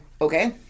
Okay